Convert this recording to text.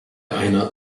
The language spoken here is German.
einer